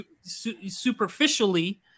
superficially